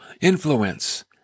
influence